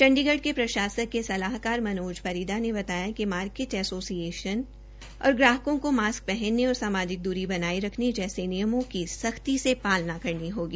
चंडीगढ़ के प्रशासक के सलाहकार मनोज परिदा ने बताया कि मार्किट एसोसिएशन और ग्राहकों को मास्क पहनने और सामाजिक दूरी बनाये रखने जैसे नियमों की सख्ती से पालना करनी होगी